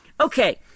okay